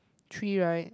three right